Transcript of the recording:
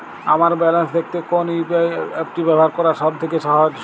আমার ব্যালান্স দেখতে কোন ইউ.পি.আই অ্যাপটি ব্যবহার করা সব থেকে সহজ?